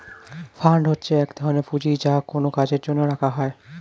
fund হচ্ছে এক ধরনের পুঁজি যা কোনো কাজের জন্য রাখা হয়